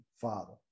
father